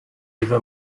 eva